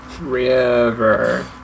River